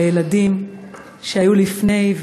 והילדים שהיו לפני,